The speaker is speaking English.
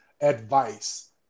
advice